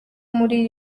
muri